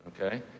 okay